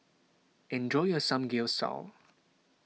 enjoy your Samgeyopsal